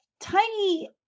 tiny